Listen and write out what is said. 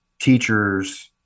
teachers